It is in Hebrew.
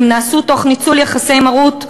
אם נעשו תוך ניצול יחסי מרות,